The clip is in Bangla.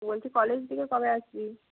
বলছি কলেজ দিকে কবে আসবি